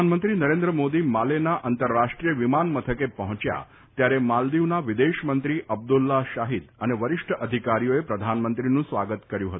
પ્રધાનમંત્રી નરેન્દ્ર મોદી માલેના આંતરરાષ્ટ્રીય વિમાન મથકે પહોંચ્યા ત્યારે માલદિવના વિદેશમંત્રી અબ્દુલ્લાહ શાહીદ અને વરિષ્ઠ અધિકારીઓએ પ્રધાનમંત્રીનું સ્વાગત કર્યું હતું